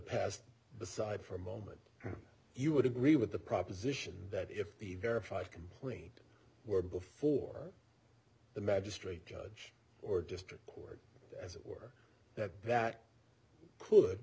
aside for a moment you would agree with the proposition that if the verified complaint were before the magistrate judge or district court as it were that that could